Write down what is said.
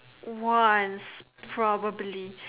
once probably